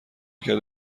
کرد